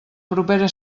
propera